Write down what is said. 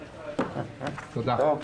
תודה.